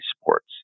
Sports